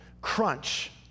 crunch